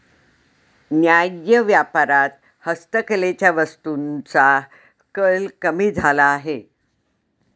न्याय्य व्यापारात हस्तकलेच्या वस्तूंचा कल कमी झाला आहे